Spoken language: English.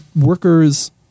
workers